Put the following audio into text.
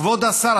כבוד השר,